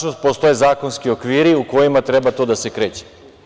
Tačno postoje zakonski okviri u kojima treba to da se kreće.